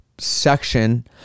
section